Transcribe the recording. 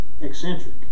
eccentric